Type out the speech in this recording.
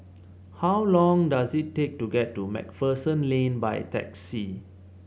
how long does it take to get to MacPherson Lane by taxi